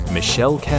Michelle